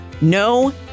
No